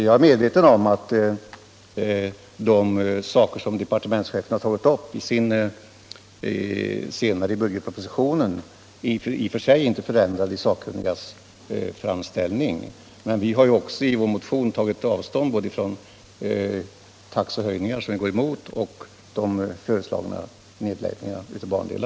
Jag är medveten om att de saker som departementschefen tagit upp senare i budgetpropositionen förändrar de sakkunnigas framställning be träffande anslagssumman. Men vi har i vår motion tagit avstånd både Nr 89